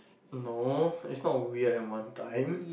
no it's not weird and one time